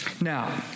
Now